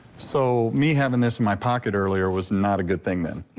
so me having this in my pocket earlier was not a good thing then.